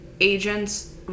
agents